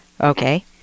Okay